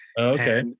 Okay